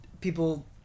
people